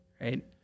right